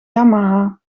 yamaha